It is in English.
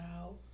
out